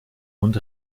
und